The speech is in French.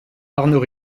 arnaud